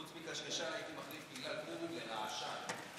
חוץ מקשקשן, הייתי מחליף, בגלל פורים, לרעשן.